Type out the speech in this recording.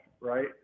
right